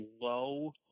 low